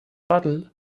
bottle